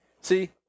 See